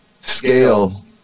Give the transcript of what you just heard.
scale